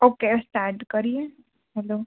okay start કરીએ